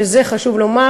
וזה חשוב לומר,